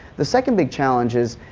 the second big challenge is,